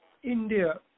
India